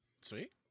Sweet